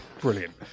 Brilliant